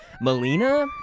Melina